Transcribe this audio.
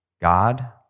God